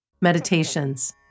meditations